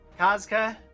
Kazka